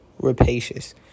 rapacious